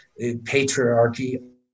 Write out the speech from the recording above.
patriarchy